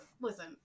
listen